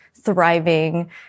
thriving